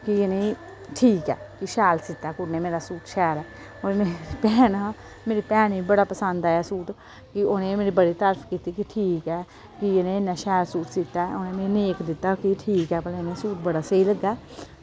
कि इनें ठीक ऐ कि शैल सीह्ता ऐ कुड़ी नै मेरा सूट शैल ऐ ओह् मेरी भैन आ मेरी भैन गी बी बड़ा पसंद आया सूट कि उनें मेरी बड़ी तारीफ कीती कि ठीक ऐ कि इनैं इन्ना शैल सूट सीह्ता ऐ उनै मि नेक दित्ता कि ठीक ऐ भला एह् सूट बड़ा स्हेई लग्गा